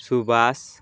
ସୁବାଷ